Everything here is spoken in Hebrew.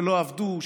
שלא עבדו,